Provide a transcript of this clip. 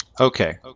Okay